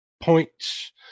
points